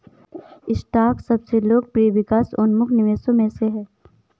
stock सबसे लोकप्रिय विकास उन्मुख निवेशों में से है